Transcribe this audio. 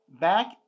back